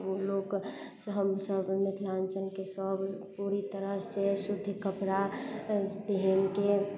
लोक हमसब मिथिलाञ्चलके सब पूरी तरह से सुति कपड़ा पहिरके